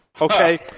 Okay